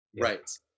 right